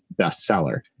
bestseller